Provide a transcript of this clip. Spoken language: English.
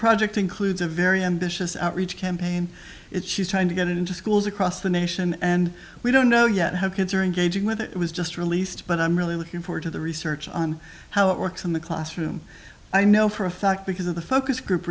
project includes a very ambitious outreach campaign if she's trying to get into schools across the nation and we don't know yet how kids are engaging with it was just released but i'm really looking forward to the research on how it works in the classroom i know for a fact because of the focus group